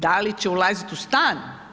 Da li će ulaziti u stan?